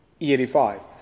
E85